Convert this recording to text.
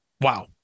wow